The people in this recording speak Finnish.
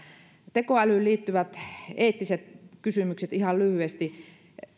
tekoälyyn liittyvät eettiset kysymykset ihan lyhyesti